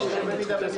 נגד.